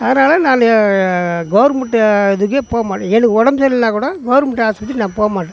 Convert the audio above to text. அதனால் நான் கவர்மெண்ட்டு இதுக்கே போக மாட்டேன் எனக்கு உடம்பு சரியில்லைனா கூட கவர்மெண்ட்டு ஆஸ்பித்திரிக்கு நான் போக மாட்டேன்